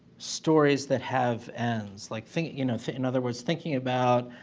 stories that have ends like think, you know in other words thinking about